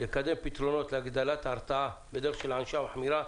לקדם פתרונות להגדלת ההרתעה בדרך של ענישה מחמירה.